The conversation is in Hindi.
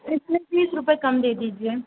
इसमें तीस रुपये कम दे दीजिए